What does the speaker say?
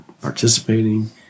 participating